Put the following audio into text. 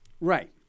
Right